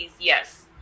Yes